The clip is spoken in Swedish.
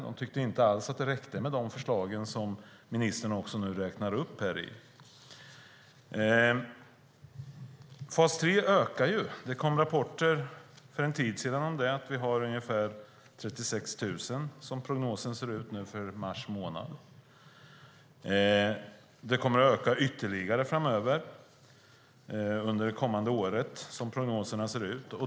De tyckte inte alls att det räckte med de förslag som ministern nu också räknar upp. Fas 3 ökar. Det kom rapporter för en tid sedan om detta. Vi har ungefär 36 000 där, som prognosen ser ut nu, för mars månad. Antalet kommer att öka ytterligare framöver under det kommande året, som prognoserna ser ut.